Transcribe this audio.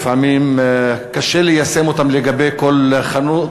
לפעמים קשה ליישם אותן לגבי כל חנות,